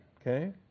Okay